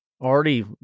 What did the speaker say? already